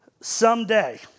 someday